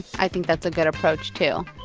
i think that's a good approach, too.